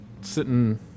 sitting